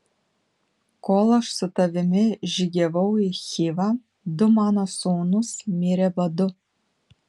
kol aš su tavimi žygiavau į chivą du mano sūnūs mirė badu